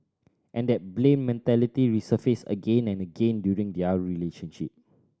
and that blame mentality resurfaced again and again during their relationship